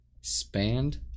spanned